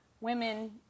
women